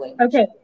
Okay